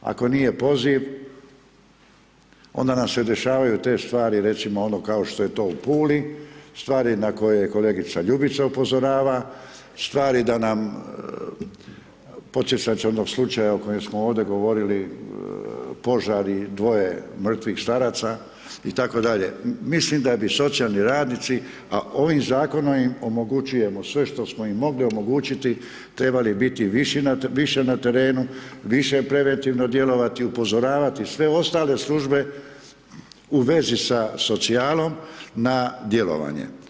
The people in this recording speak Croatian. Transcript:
Ako nije poziv, onda nam se dešavaju te stvari, recimo ono, kao što je to u Puli, stvari na koje kolegica Ljubica upozorava, stvari da nam, … [[Govornik se ne razumije]] ću onog slučaja o kojem smo ovdje govorili, požari, dvoje mrtvih staraca itd., mislim da bi socijalni radnici, a ovim Zakonom im omogućujemo sve što smo im mogli omogućiti, trebali biti više na terenu, više preventivno djelovati, upozoravati sve ostale službe u vezi sa socijalom na djelovanje.